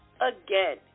again